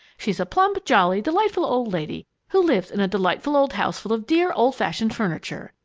she's a plump, jolly, delightful old lady who lives in a delightful old house full of dear, old-fashioned furniture.